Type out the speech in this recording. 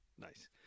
Nice